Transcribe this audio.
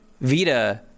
Vita